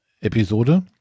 Episode